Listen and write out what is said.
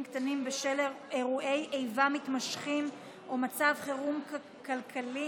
קטנים בשל אירועי איבה מתמשכים או מצב חירום כלכלי,